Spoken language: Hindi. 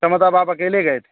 आप अकेले गए थे